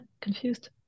confused